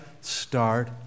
start